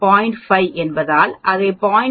5 என்பதால் அதை 0